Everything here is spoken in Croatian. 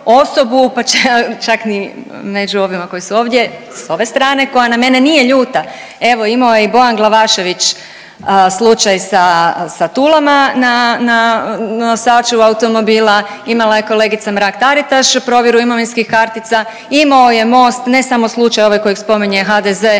pa čak ni među ovima koji su ovdje sa ove strane koja na mene nije ljuta. Evo imao je i Bojan Glavašević slučaj sa tulama na nosaču automobila, imala je kolegica Mrak Taritaš provjeru imovinskih kartica, imao je MOST ne samo slučaj ovaj kojeg spominje HDZ